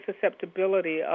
susceptibility